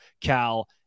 Cal